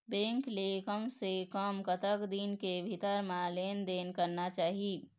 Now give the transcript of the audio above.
Bank ले कम से कम कतक दिन के भीतर मा लेन देन करना चाही?